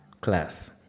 class